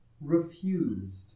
refused